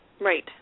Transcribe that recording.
Right